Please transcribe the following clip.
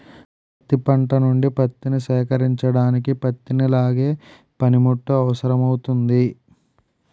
పత్తి పంట నుండి పత్తిని సేకరించడానికి పత్తిని లాగే పనిముట్టు అవసరమౌతుంది